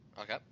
Okay